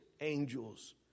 angels